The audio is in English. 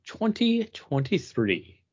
2023